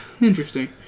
Interesting